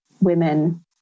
women